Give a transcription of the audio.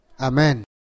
Amen